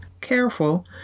Careful